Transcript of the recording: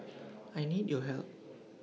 I need your help